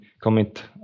commit